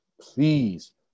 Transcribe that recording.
please